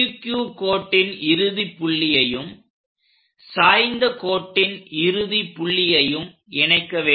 PQ கோட்டின் இறுதி புள்ளியையும் சாய்ந்த கோட்டின் இறுதி புள்ளியையும் இணைக்க வேண்டும்